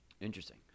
Interesting